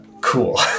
cool